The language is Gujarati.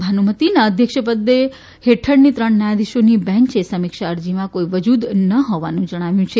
ભાનુમતિના અધ્યક્ષપદ હેઠળની ત્રણ ન્યાયાધીશોની બેંચે સમીક્ષા અરજીમાં કોઇ વજુદ ન હોવાનું જણાવ્યું છે